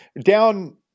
down